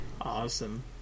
awesome